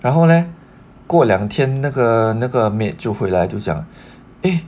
然后嘞过两天那个那个 maid 就回来就讲 eh